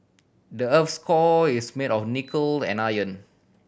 the earth's core is made of nickel and iron